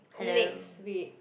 next week